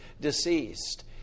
deceased